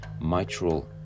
mitral